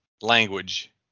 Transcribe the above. language